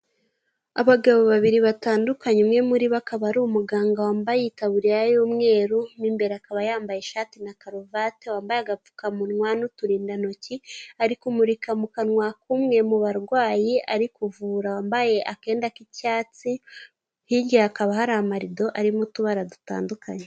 Abagabo babiri batandukanye umwe muri bo akaba ari umuganga wambaye ikaburiya y'umweru mo imbere akaba yambaye ishati na karuvati wambaye agapfukamunwa n'uturindantoki ari kumurika mu kanwa k'umwe mu barwayi ari kuvurambaye akenda k'icyatsi hirya hakaba hari amarido arimo utubara dutandukanye.